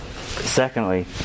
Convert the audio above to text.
Secondly